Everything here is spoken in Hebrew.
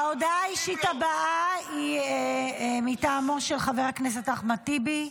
ההודעה האישית היא מטעמו של חבר הכנסת אחמד טיבי.